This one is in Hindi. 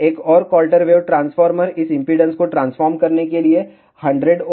एक और क्वार्टर वेव ट्रांसफार्मर इस इम्पीडेन्स को ट्रांसफॉर्म करने के लिए 100Ω में 100